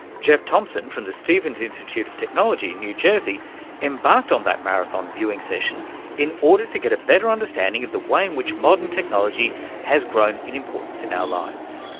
jeff thompson from the stevens institute of technology in new jersey embarked on that marathon viewing session in order to get a better understanding of the way in which modern technology has grown in importance in our lives.